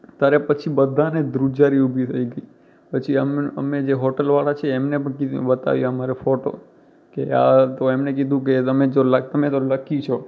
ત્યારે પછી બધાને ધ્રુજારી ઉભી થઇ ગઈ પછી અમ અમે જે હોટૅલવાળા છે એમને પણ બતાવ્યું અમારું ફોટો કે આ તો એમને કીધું કે તમે જો તમે તો લક્કી છો